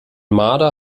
marder